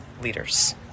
leaders